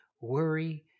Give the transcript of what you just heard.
worry